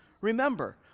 Remember